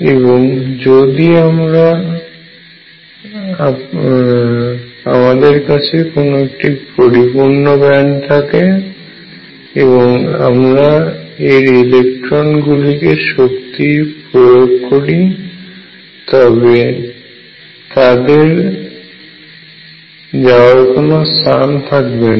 এবং যদি যদি আমাদের কাছে কোন একটি পরিপূর্ণ ব্যান্ড থাকে এবং আমরা এর ইলেকট্রন গুলিকে শক্তি প্রয়োগ করি তবে তাদের যাওয়ার কোনো স্থান থাকবে না